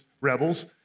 rebels